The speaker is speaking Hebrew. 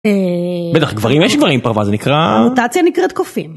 בטח גברים, יש גברים פה, אבל זה נקרא... -מוטציה נקראת קופים.